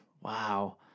Wow